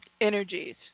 energies